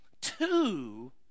Two